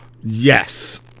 Yes